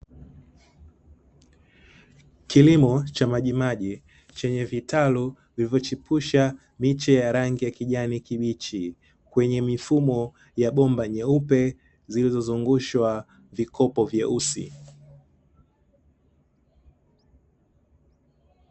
Kilimo cha majimaji chenye vitalu vilivyochipusha miche ya rangi ya kijani kibichi, kwenye mifumo ya bomba jeupe zilizozungushwa vikopo vyeusi.